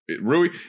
Rui